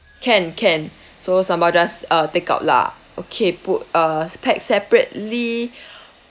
can can so sambal just uh take out lah okay put uh pack separately